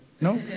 no